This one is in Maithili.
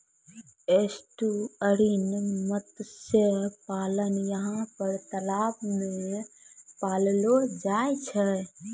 एस्टुअरिन मत्स्य पालन यहाँ पर तलाव मे पाललो जाय छै